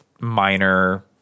minor